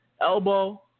elbow